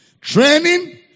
Training